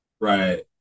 right